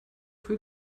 für